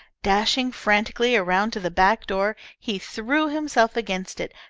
dashing frantically around to the back door, he threw himself against it,